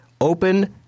open